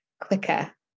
quicker